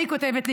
מה היא כותבת לי?